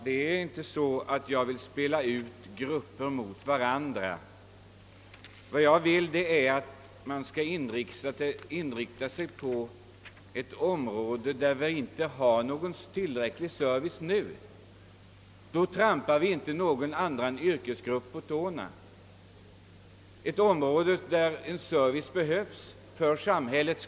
Herr talman! Jag vill inte spela ut grupper mot varandra. Vad jag vill är att man skall inrikta sig på områden där det för närvarande inte ges tillräcklig service men där sådan behövs för samhällets skull. Då trampar vi inte någon yrkesgrupp på tårna.